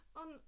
on